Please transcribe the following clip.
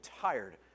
tired